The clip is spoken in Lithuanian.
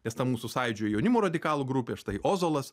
nes ta mūsų sąjūdžio jaunimo radikalų grupė štai ozolas